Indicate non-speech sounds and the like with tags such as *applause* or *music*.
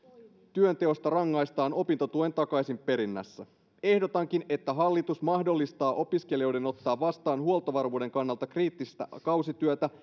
työnteosta rangaistaan opintotuen takaisinperinnässä ehdotankin että hallitus mahdollistaa opiskelijoiden ottaa vastaan huoltovarmuuden kannalta kriittistä kausityötä *unintelligible*